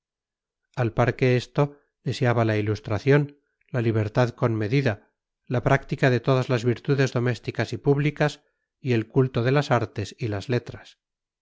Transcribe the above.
al par que esto deseaba la ilustración la libertad con medida la práctica de todas las virtudes domésticas y públicas y el culto de las artes y las letras